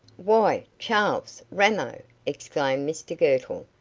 why, charles! ramo! exclaimed mr girtle,